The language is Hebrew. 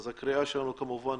אז הקריאה שלנו כמובן